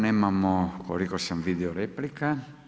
Nemamo koliko sam vidio replika.